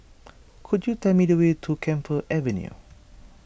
could you tell me the way to Camphor Avenue